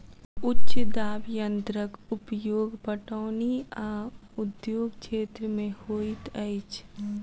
उच्च दाब यंत्रक उपयोग पटौनी आ उद्योग क्षेत्र में होइत अछि